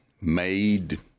made